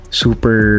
super